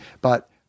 but-